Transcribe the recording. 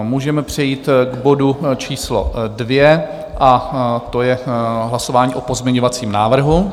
Můžeme přejít k bodu číslo 2 a to je hlasování o pozměňovacím návrhu.